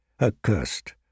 Accursed